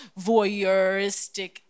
voyeuristic